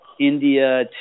India